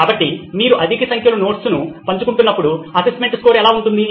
కాబట్టి మీరు అధిక సంఖ్యలో నోట్స్ను పంచుకున్నప్పుడు అసెస్మెంట్ స్కోరు ఎలా ఉంటుంది